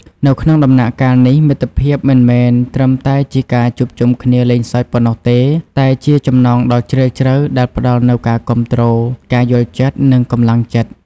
នៅក្នុងដំណាក់កាលនេះ មិត្តភាពមិនមែនត្រឹមតែជាការជួបជុំគ្នាលេងសើចប៉ុណ្ណោះទេ តែជាចំណងដ៏ជ្រាលជ្រៅដែលផ្ដល់នូវការគាំទ្រ ការយល់ចិត្ត និងកម្លាំងចិត្ត។